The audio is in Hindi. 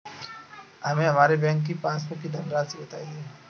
हमें हमारे बैंक की पासबुक की धन राशि बताइए